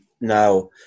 now